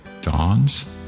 dawns